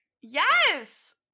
yes